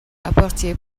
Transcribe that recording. apporter